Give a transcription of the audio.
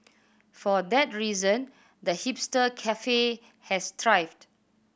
for that reason the hipster cafe has thrived